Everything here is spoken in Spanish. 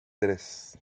tres